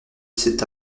cet